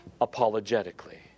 apologetically